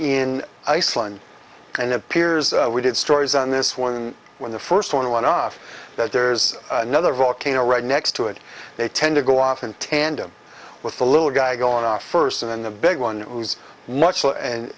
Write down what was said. in iceland and it appears we did stories on this one when the first one went off that there's another volcano right next to it they tend to go off in tandem with the little guy gone off first and then the big one who's